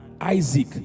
Isaac